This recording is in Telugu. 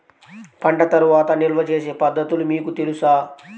పంట తర్వాత నిల్వ చేసే పద్ధతులు మీకు తెలుసా?